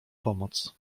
pomoc